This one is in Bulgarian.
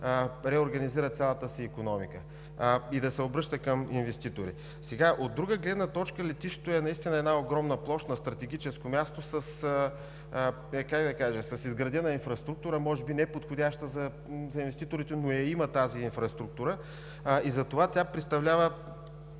реорганизира цялата си икономика и да се обръща към инвеститори. От друга гледна точка летището наистина е една огромна площ на стратегическо място, с изградена инфраструктура. Може би неподходяща за инвеститорите, но я има тази инфраструктура, затова тя представлява